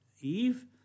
Eve